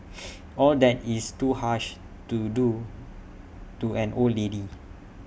all that is too harsh to do to an old lady